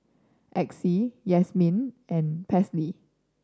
Exie Yazmin and Paisley